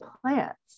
plants